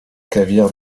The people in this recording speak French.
caviar